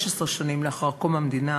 16 שנים לאחר קום המדינה,